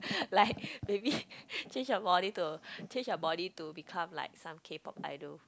like maybe change your body to change your body to become like some K-pop idol